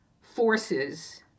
forces